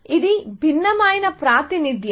ఇది భిన్నమైన ప్రాతినిధ్యం